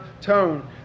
tone